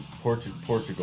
Portugal